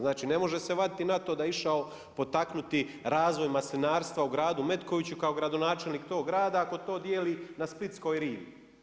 Znači ne može se vaditi na to da je išao potaknuti razvoj maslinarstva u gradu Metkoviću kao gradonačelnik tog grada, ako to dijeli na splitskoj rivi.